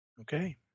Okay